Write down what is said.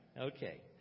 Okay